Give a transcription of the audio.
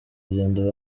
rugendo